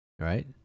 Right